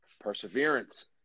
perseverance